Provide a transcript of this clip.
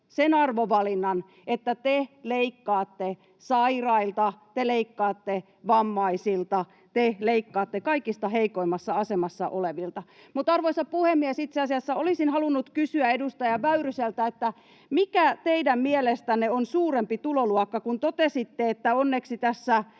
sen arvovalinnan, että te leikkaatte sairailta, te leikkaatte vammaisilta, te leikkaatte kaikista heikoimmassa asemassa olevilta. Mutta, arvoisa puhemies, itse asiassa olisin halunnut kysyä edustaja Väyryseltä, mikä teidän mielestänne on suurempi tuloluokka, kun totesitte, että onneksi tässä